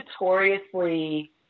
notoriously